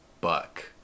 Buck